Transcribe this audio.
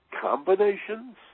combinations